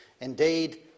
indeed